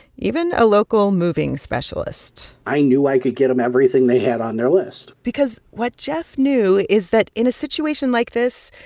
even a local moving specialist i knew i could get them everything they had on their list because what jeff knew is that in a situation like this,